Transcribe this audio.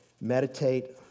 meditate